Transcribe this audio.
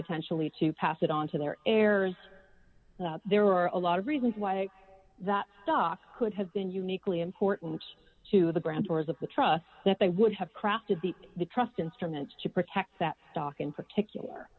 potentially to pass it on to their heirs there are a lot of reasons why that stock could have been uniquely important to the grand tours of the trust that they would have crafted the the trust instruments to protect that stock in particular